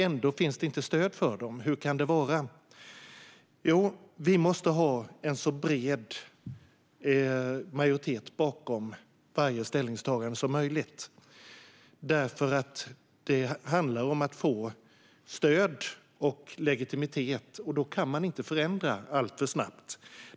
Ändå finns det inte stöd för dem. Hur kan detta vara? Jo - vi måste ha en så bred majoritet som möjligt bakom varje ställningstagande. Det handlar ju om att få stöd och legitimitet, och då kan man inte förändra alltför snabbt.